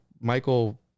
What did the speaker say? Michael